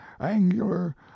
angular